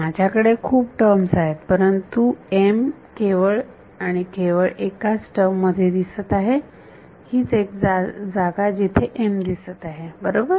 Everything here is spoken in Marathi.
माझ्याकडे खूप टर्म आहेत परंतु m केवळ केवळ एकाच टर्म मध्ये इथे दिसत आहे हीच एक जागा जिथे m दिसत आहे बरोबर